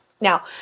Now